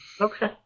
Okay